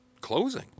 closing